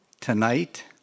tonight